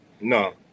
No